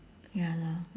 ya lor